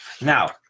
Now